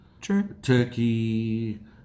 Turkey